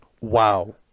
wow